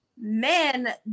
Men